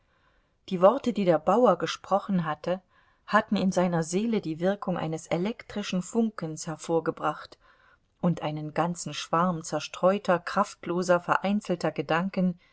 die worte die der bauer gesprochen hatten in seiner seele die wirkung eines elektrischen funkens hervorgebracht und einen ganzen schwarm zerstreuter kraftloser vereinzelter gedanken